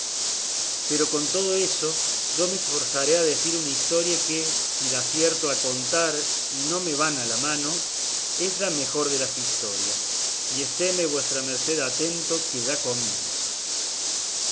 pero con todo eso yo me esforzaré a decir una historia que si la acierto a contar y no me van a la mano es la mejor de las historias y estéme vuestra merced atento que ya comienzo